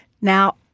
Now